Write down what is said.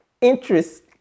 interest